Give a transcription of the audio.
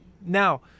now